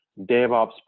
devops